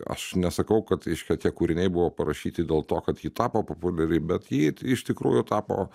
aš nesakau kad reiškia tie kūriniai buvo parašyti dėl to kad ji tapo populiari bet ji iš tikrųjų tapo